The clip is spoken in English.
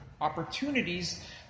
opportunities